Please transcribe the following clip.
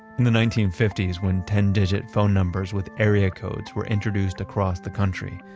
in the nineteen fifty s when ten digit phone numbers with area codes were introduced across the country,